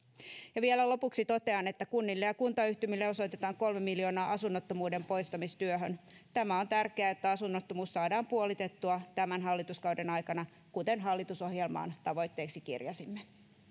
ja vielä lopuksi totean että kunnille ja kuntaryhmille osoitetaan kolme miljoonaa asunnottomuuden poistamistyöhön tämä on tärkeää että asunnottomuus saadaan puolitettua tämän hallituskauden aikana kuten hallitusohjelmaan tavoitteeksi kirjasimme